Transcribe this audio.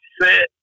sit